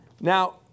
Now